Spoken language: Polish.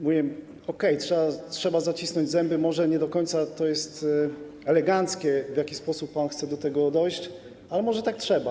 Mówiłem: okej, trzeba zacisnąć zęby, może nie do końca to jest eleganckie, w jaki sposób pan chce do tego dojść, ale może tak trzeba.